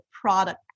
product